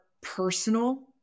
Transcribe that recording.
personal